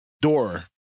door